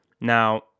Now